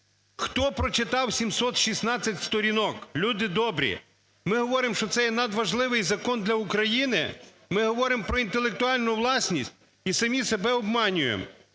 Хто прочитав 716 сторінок, люди добрі? Ми говоримо, що це є надважливий закон для України? Ми говоримо про інтелектуальну власність і самі себе обманюємо.